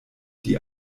die